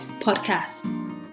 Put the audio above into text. Podcast